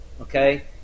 okay